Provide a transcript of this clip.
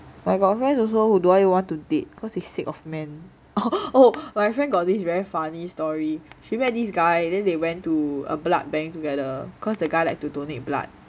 I got friends also who don't even want to date cause they sick of man oh my friend got this very funny story she met this guy then they went to a blood bank together cause the guy like to donate blood